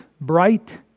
bright